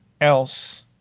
else